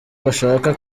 bashaka